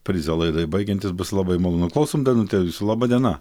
prizą laidai baigiantis bus labai malonu klausom danute jūsų laba diena